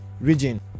region